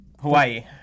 Hawaii